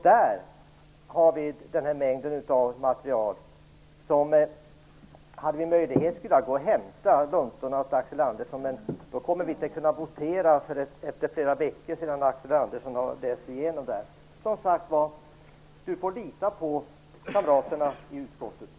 Där har vi en mängd material, och hade vi möjlighet skulle jag gå och hämta luntorna år Axel Andersson, men då kommer vi inte att kunna votera förrän efter flera veckor när Axel Andersson har läst igenom det. Axel Andersson får som sagt lita på kamraterna i utskottet.